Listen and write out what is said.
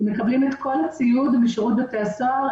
הם מקבלים את כל הציוד משירות בתי הסוהר.